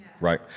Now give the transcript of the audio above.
right